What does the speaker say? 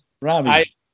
Robbie